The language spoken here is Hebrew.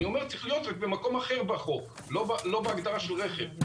זה צריך להיות במקום אחר בחוק, לא בהגדרה של רכב.